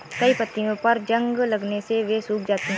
कई पत्तियों पर जंग लगने से वे सूख जाती हैं